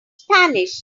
spanish